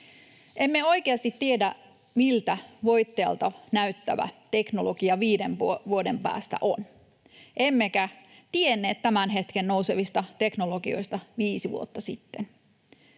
Emme oikeasti tiedä, mikä on voittajalta näyttävä teknologia viiden vuoden päästä, emmekä tienneet tämän hetken nousevista teknologioista viisi vuotta sitten.